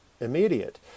immediate